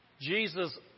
Jesus